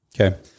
Okay